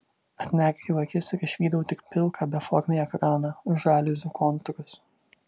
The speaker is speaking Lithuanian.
atmerkiau akis ir išvydau tik pilką beformį ekraną žaliuzių kontūrus